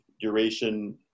duration